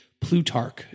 Plutarch